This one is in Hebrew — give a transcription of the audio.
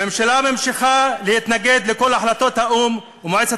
הממשלה ממשיכה להתנגד לכל החלטות האו"ם ומועצת